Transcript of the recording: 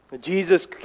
Jesus